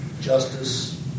Justice